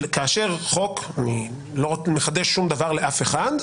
כאשר חוק אני לא מחדש שום דבר לאף אחד,